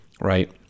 right